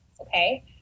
Okay